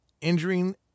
injuring